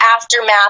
aftermath